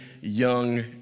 young